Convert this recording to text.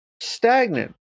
stagnant